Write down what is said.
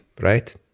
right